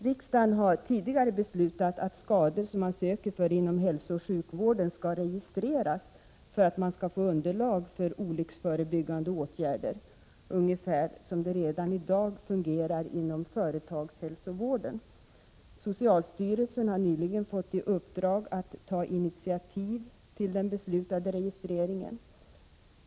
Riksdagen har tidigare beslutat att skador, som man söker för inom hälsooch sjukvården, skall registreras för att man skall få underlag för olycksförebyggande åtgärder, ungefär som det redan i dag fungerar inom företagshälsovården. Socialstyrelsen har nyligen fått i uppdrag att ta initiativ till den beslutade registreringen.